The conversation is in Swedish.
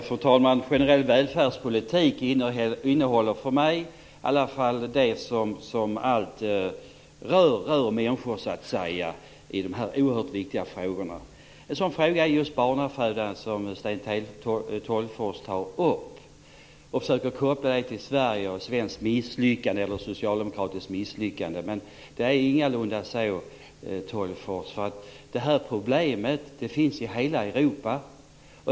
Fru talman! För mig innehåller generell välfärdspolitik allt det som rör människor i dessa oerhört viktiga frågor. En sådan fråga är just barnafödandet som Sten Tolgfors tar upp. Han försöker koppla det till ett socialdemokratiskt misslyckande här i Sverige. Men det är ingalunda så, Tolgfors. Det här problemet finns i hela Europa.